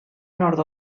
nord